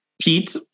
Pete